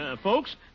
Folks